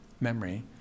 memory